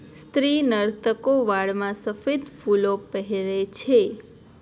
સ્ત્રી નર્તકો વાળમાં સફેદ ફૂલો પહેરે છે